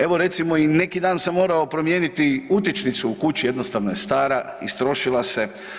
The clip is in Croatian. Evo recimo i neki dan sam morao promijeniti utičnicu u kući, jednostavno je stara, istrošila se.